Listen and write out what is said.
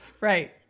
Right